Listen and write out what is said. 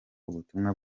ubutumwa